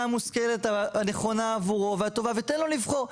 המושכלת הנכונה עבורו והטובה ותן לו לבחור,